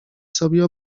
sobie